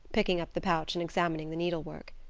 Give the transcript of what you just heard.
picking up the pouch and examining the needlework.